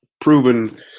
proven